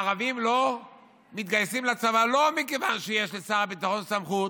הערבים לא מתגייסים לצבא לא מכיוון שיש לשר הביטחון סמכות,